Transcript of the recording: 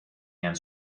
and